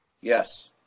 Yes